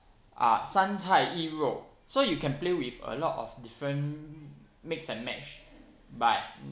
ah 三菜一肉 so you can play with a lot of different mix and match but